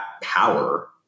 power